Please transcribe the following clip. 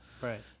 right